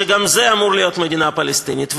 שגם הוא אמור להיות המדינה הפלסטינית.